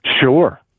Sure